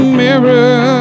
mirror